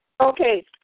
Okay